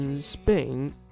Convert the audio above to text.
Spain